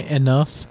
enough